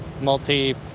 multi